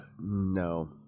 No